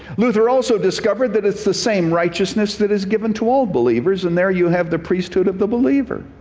luther also discovered that it's the same righteousness that is given to all believers and there you have the priesthood of the believer.